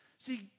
See